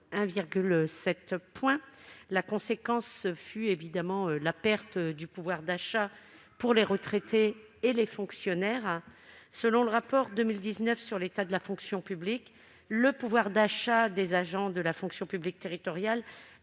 1,7 point. La conséquence fut évidemment une perte de pouvoir d'achat pour les retraités et les fonctionnaires. Selon le rapport annuel sur l'état de la fonction publique pour l'année 2019, le pouvoir d'achat des agents de la fonction publique territoriale